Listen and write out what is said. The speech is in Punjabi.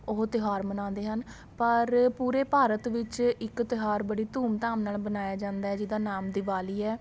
ਉਹ ਤਿਉਹਾਰ ਮਨਾਉਂਦੇ ਹਨ ਪਰ ਪੂਰੇ ਭਾਰਤ ਵਿੱਚ ਇੱਕ ਤਿਉਹਾਰ ਬੜੀ ਧੂਮ ਧਾਮ ਨਾਲ ਮਨਾਇਆ ਜਾਂਦਾ ਹੈ ਜਿਹਦਾ ਨਾਮ ਦਿਵਾਲੀ ਹੈ